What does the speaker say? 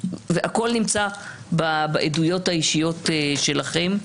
הכול נמצא בעדויות האישיות שלכם.